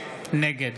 נגד